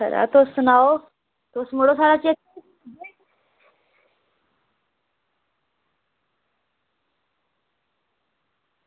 खरा तुस सनाओ तुस मड़ो साढ़ा चेता